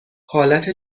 حالت